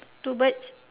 two birds